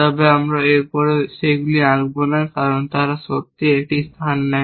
তবে আমরা এর পরে সেগুলি আঁকব না কারণ তারা সত্যিই একটি স্থান নেয়